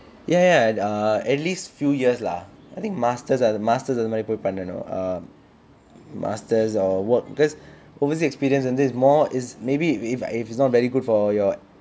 ya ya err at least few years lah I think masters அது:athu masters err அந்த மாதிரி போய் பண்ணனும்:antha maathiri poi pannanum master's or work cause overseas experience வந்து:vanthu is more if it's not very good for your